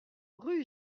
rue